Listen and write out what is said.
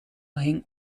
ging